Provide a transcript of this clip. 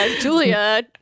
Julia